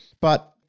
but-